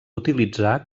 utilitzar